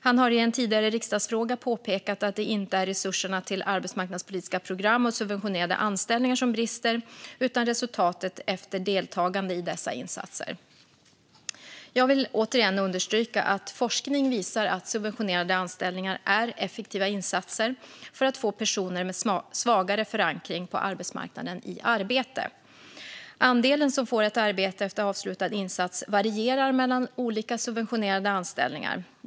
Han har i en tidigare riksdagsfråga påpekat att det inte är resurserna till arbetsmarknadspolitiska program och subventionerade anställningar som brister, utan resultatet efter deltagande i dessa insatser. Jag vill återigen understryka att forskning visar att subventionerade anställningar är effektiva insatser för att få personer med svagare förankring på arbetsmarknaden i arbete. Andelen som får ett arbete efter avslutad insats varierar mellan olika subventionerade anställningar.